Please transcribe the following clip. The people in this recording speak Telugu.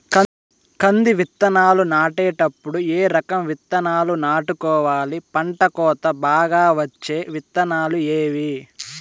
కంది విత్తనాలు నాటేటప్పుడు ఏ రకం విత్తనాలు నాటుకోవాలి, పంట కోత బాగా వచ్చే విత్తనాలు ఏవీ?